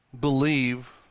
believe